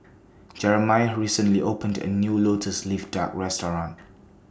Jeremiah recently opened A New Lotus Leaf Duck Restaurant